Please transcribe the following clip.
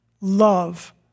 love